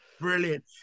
Brilliant